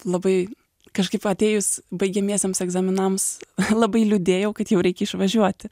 labai kažkaip atėjus baigiamiesiems egzaminams labai liūdėjau kad jau reikia išvažiuoti